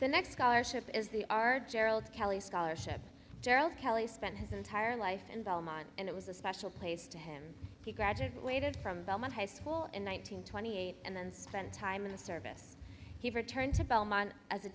the next caller ship is the are gerald kelly scholarship gerald kelly spent his entire life in belmont and it was a special place to him he graduated from high school in one nine hundred twenty eight and then spent time in the service he returned to belmont as a